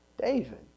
David